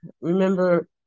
remember